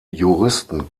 juristen